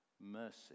mercy